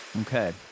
Okay